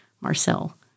Marcel